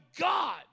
God